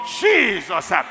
Jesus